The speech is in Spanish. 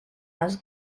los